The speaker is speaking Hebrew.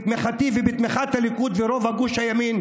בתמיכתי ובתמיכת הליכוד ורוב גוש הימין,